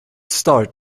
start